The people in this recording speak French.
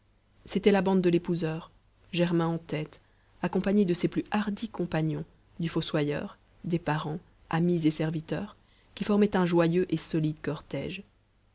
c'était la bande de l'épouseur germain en tête accompagné de ses plus hardis compagnons du fossoyeur des parents amis et serviteurs qui formaient un joyeux et solide cortège